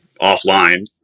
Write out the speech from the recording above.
offline